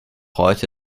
heute